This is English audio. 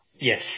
Yes